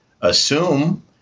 assume